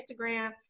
Instagram